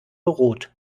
rot